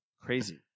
Crazy